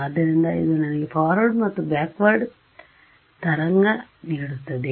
ಆದ್ದರಿಂದ ಇದು ನನಗೆ ಫಾರ್ವರ್ಡ್ ಮತ್ತು ಬ್ಯಾಕ್ವರ್ಡ್backward ತರಂಗ ನೀಡುತ್ತದೆ